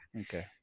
Okay